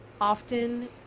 Often